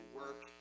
work